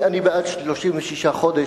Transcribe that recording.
אני בעד 36 חודש,